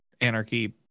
Anarchy